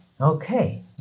Okay